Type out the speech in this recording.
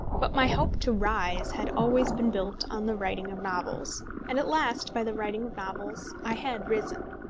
but my hope to rise had always been built on the writing of novels, and at last by the writing of novels i had risen.